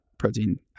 protein